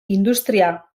industria